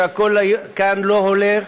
שהכול כאן לא הולך.